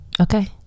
okay